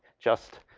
just,